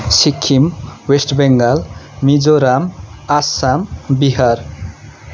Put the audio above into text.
Sikkim West Bengal Mizoram Assam Bihar